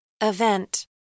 Event